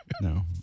no